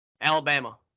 Alabama